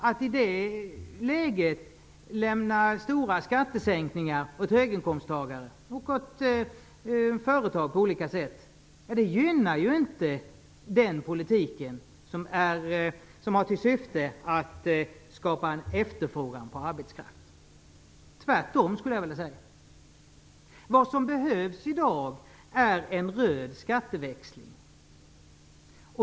Att i det läget lämna stora skattesänkningar åt höginkomsttagare och företag på olika sätt gynnar inte den politik som har till syfte att skapa en efterfrågan på arbetskraft - tvärtom, skulle jag vilja säga. Vad som behövs i dag är en röd skatteväxling.